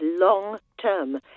long-term